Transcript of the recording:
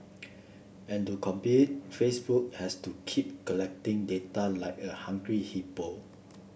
and to compete Facebook has to keep collecting data like a hungry hippo